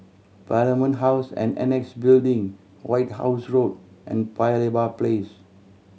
Parliament House and Annexe Building White House Road and Paya Lebar Place